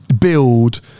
build